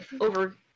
over